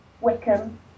Wickham